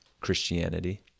Christianity